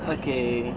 okay